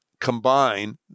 combine